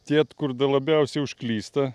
tie kur labiausiai užklysta